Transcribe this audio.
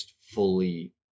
fully